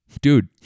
Dude